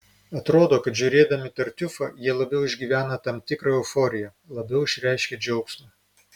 atrodo kad žiūrėdami tartiufą jie labiau išgyvena tam tikrą euforiją labiau išreiškia džiaugsmą